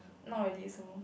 not really full